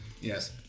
Yes